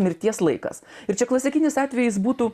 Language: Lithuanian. mirties laikas ir čia klasikinis atvejis būtų